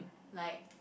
like